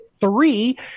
three